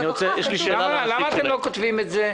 למה אתם לא כותבים את זה?